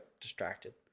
distracted